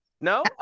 No